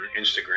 Instagram